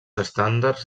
estàndards